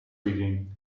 reading